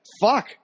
fuck